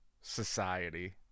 society